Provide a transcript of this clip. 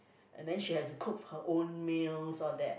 and then she has to cook her own meals all that